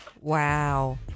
Wow